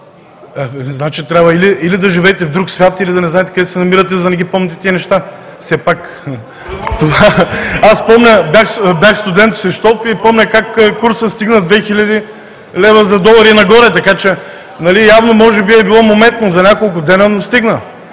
Трябва или да живеете в друг свят, или да не знаете къде се намирате, за да не ги помните тези неща. Аз помня, бях студент в Свищов и помня как курсът стигна 2000 лв. за долар и нагоре. Явно може би е било моментно, за няколко дена, но стигна.